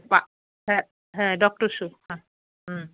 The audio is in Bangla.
তা হ্যাঁ হ্যাঁ ডক্টর শ্যু হ্যাঁ হুম